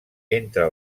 entre